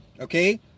Okay